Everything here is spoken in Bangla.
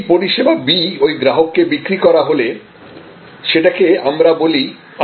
এই পরিষেবা B ওই গ্রাহককে বিক্রি করা হলে সেটাকে আমরা বলি আপ সেল